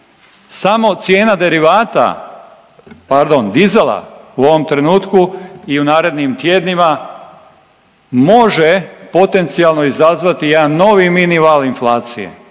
Samo cijena derivata, pardon dizela u ovom trenutku i u narednim tjednima može potencijalno izazvati jedan novi mini val inflacije.